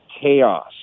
chaos